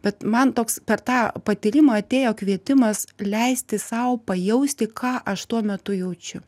bet man toks per tą patyrimą atėjo kvietimas leisti sau pajausti ką aš tuo metu jaučiu